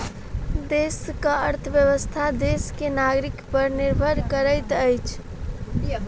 देशक अर्थव्यवस्था देश के नागरिक पर निर्भर करैत अछि